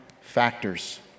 Factors